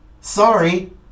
sorry